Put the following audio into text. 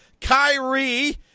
Kyrie